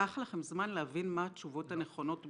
לקח לכם זמן להבין מה הן התשובות הנכונות באמת.